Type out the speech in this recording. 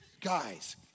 Guys